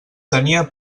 tenia